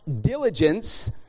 diligence